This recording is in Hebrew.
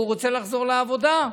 והוא רוצה לחזור לעבודה,